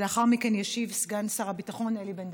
בבקשה, ולאחר מכן ישיב סגן שר הביטחון אלי בן-דהן.